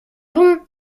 bon